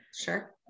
Sure